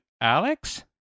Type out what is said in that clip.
Alex